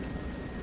ठीक है